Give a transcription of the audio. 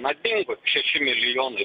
na dingo šeši milijonai